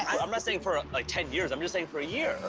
i'm not saying for like ten years, i'm just saying for a year!